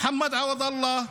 מוחמד עווד אללה,